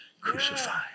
crucified